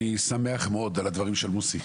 אני שמח מאוד על הדברים של מוסי,